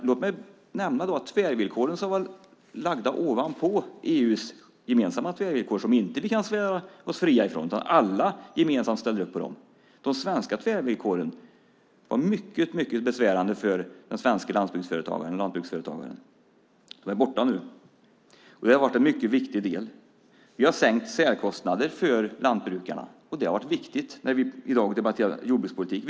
Låt mig nämna de tvärvillkor som var lagda ovanpå EU:s gemensamma tvärvillkor. De kan vi inte svära oss fria från, utan alla ställde gemensamt upp på dem. De svenska tvärvillkoren var mycket besvärande för den svenske lantbruksföretagaren. Det är nu borta. Det har varit en mycket viktig del. Vi har sänkt särkostnader för lantbrukarna. Det är viktigt att kunna säga det när vi i dag debatterar jordbrukspolitik.